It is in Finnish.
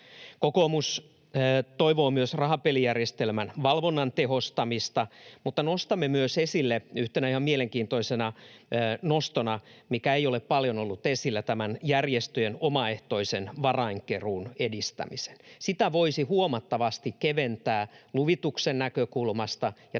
Kokoomus toivoo myös rahapelijärjestelmän valvonnan tehostamista, mutta nostamme myös esille yhtenä ihan mielenkiintoisena nostona, mikä ei ole paljon ollut esillä, tämän järjestöjen omaehtoisen varainkeruun edistämisen. Sitä voisi huomattavasti keventää luvituksen näkökulmasta ja